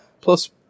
plus